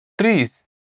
trees